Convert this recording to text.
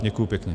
Děkuji pěkně.